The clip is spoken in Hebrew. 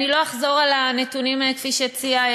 אני לא אחזור על הנתונים שהציג